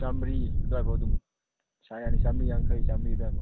ꯆꯥꯝꯃꯔꯤ ꯑꯗꯥꯏ ꯐꯥꯎ ꯑꯗꯨꯝ ꯁꯥ ꯌꯥꯅꯤ ꯆꯥꯝꯃꯔꯤ ꯌꯥꯡꯈꯩ ꯆꯥꯝꯃꯔꯤ ꯑꯗꯥꯏ ꯐꯥꯎ